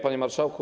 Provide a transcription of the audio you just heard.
Panie Marszałku!